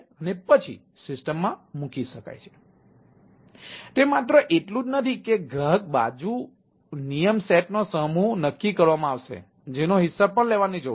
તેથી તે માત્ર એટલું જ નથી કે ગ્રાહક બાજુ નિયમ સેટનો સમૂહનક્કી કરવામાં આવશે જેનો હિસાબ પણ લેવાની જરૂર છે